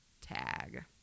tag